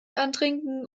antrinken